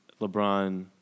LeBron